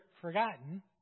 forgotten